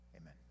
amen